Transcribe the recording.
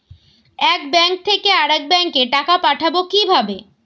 এক ব্যাংক থেকে আরেক ব্যাংকে টাকা পাঠাবো কিভাবে?